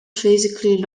physically